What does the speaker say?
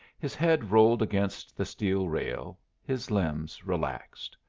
his head rolled against the steel rail, his limbs relaxed.